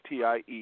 TIE